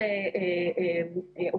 אבל באמת מפה ולהסיק את הנתונים האלה,